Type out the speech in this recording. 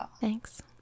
Thanks